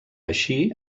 així